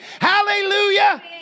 Hallelujah